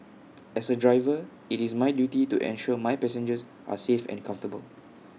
as A driver IT is my duty to ensure my passengers are safe and comfortable